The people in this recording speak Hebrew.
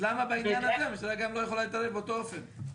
למה בעניין הזה היא לא יכולה להתערב באותו אופן?